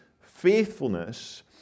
faithfulness